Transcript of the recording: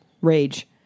Rage